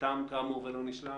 כאמור, תם ולא נשלם.